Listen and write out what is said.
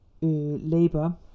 labor